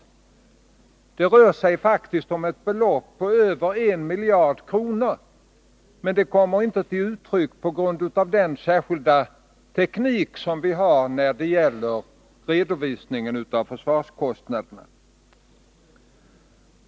Det rör sig faktiskt om ett belopp på över 1 miljard kronor. Men detta kommer inte till uttryck, på grund av den särskilda teknik som vi har när det gäller redovisningen av försvarskostnaderna.